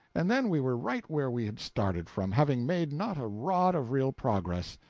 and then we were right where we had started from, having made not a rod of real progress.